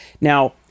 Now